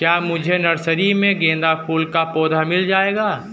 क्या मुझे नर्सरी में गेंदा फूल का पौधा मिल जायेगा?